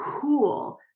cool